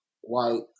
white